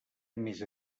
més